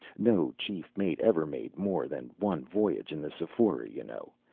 no chief mate ever made more than one voyage in the sephora, you know.